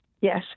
yes